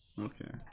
Okay